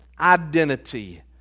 identity